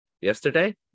yesterday